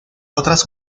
otras